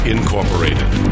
Incorporated